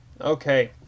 Okay